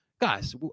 guys